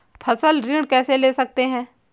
फसल ऋण कैसे ले सकते हैं?